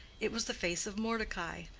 it was the face of mordecai,